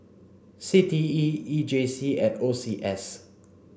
C T E E J C and O C S